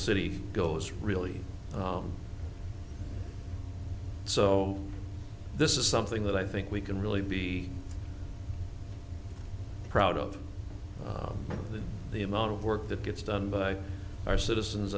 city goes really so this is something that i think we can really be proud of the amount of work that gets done by our citizens